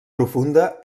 profunda